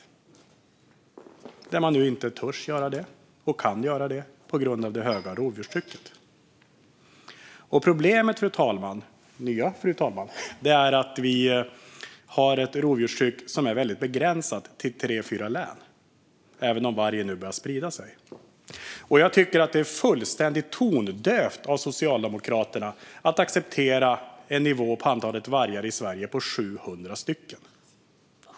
Nu törs man inte och kan man inte jaga så på grund av det höga rovdjurstrycket. Problemet, fru talman, är att vi har ett rovdjurstryck som är koncentrerat till tre eller fyra län, även om vargen nu börjar sprida sig. Jag tycker att det är fullständigt tondövt av Socialdemokraterna att acceptera en nivå på antalet vargar i Sverige på 700 stycken.